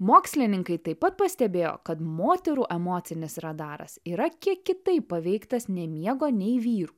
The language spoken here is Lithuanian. mokslininkai taip pat pastebėjo kad moterų emocinis radaras yra kiek kitaip paveiktas ne miego nei vyrų